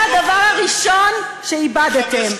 שזה הדבר הראשון שאיבדתם.